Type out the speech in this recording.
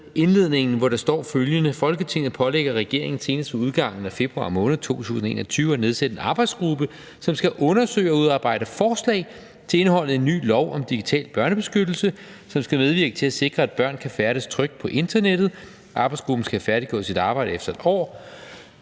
indledningen, hvor der står følgende: »Folketinget pålægger regeringen senest ved udgangen af februar måned 2021 at nedsætte en arbejdsgruppe, som skal undersøge og udarbejde forslag til indholdet i en ny lov om digital børnebeskyttelse, som skal medvirke til at sikre, at børn kan færdes trygt på internettet. Arbejdsgruppen skal have færdiggjort sit arbejde efter et år,